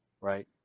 right